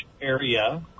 area